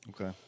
Okay